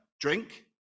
drink